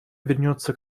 вернется